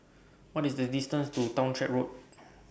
What IS The distance to Townshend Road